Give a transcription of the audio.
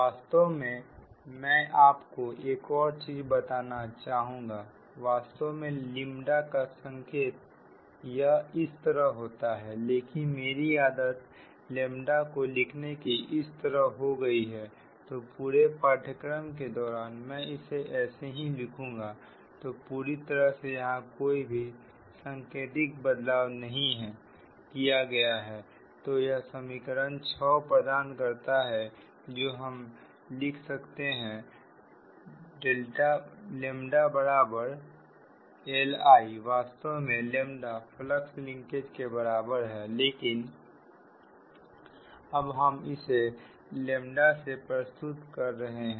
वास्तव में मैं आपको एक और चीजें बताना चाहूंगा वास्तव में लेम्डा का संकेत इस तरह होता है लेकिन मेरी आदत लेम्डा को लिखने की इस तरह हो गई है तो पूरे पाठ्यक्रम के दौरान में इसे ऐसे ही लिखूंगा तो पूरी तरह से यहां कोई भी संकेतिक बदलाव नहीं किया गया है तो यह समीकरण 6 प्रदान करता है जो हम लिख सकते हैं LI वास्तव में लेम्डा फ्लक्स लिंकेज के बराबर है लेकिन अब हम इसे लेम्डा से प्रस्तुत कर रहे हैं